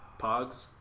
Pogs